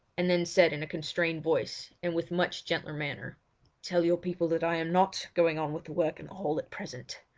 and then said in a constrained voice and with much gentler manner tell your people that i am not going on with the work in the hall at present.